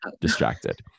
distracted